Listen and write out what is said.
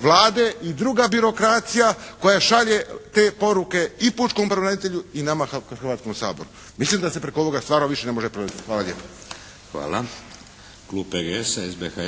Vlade i druga birokracija koja šalje te poruke i pučkom pravobranitelju i nama Hrvatskom saboru. Mislim da se preko ovoga stvarno više ne može … /Ne razumije